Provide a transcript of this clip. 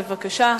בבקשה.